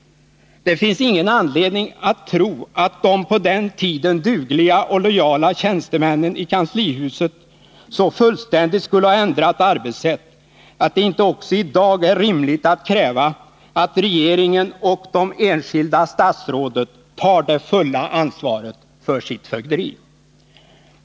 Det finns ingen anledning tro att de på den tiden dugliga och lojala ämbetsmännen i kanslihuset så fullständigt skulle ha ändrat arbetssätt att det inte i dag är rimligt att kräva att regeringen och de enskilda statsråden tar det fulla ansvaret för sitt fögderi.